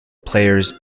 players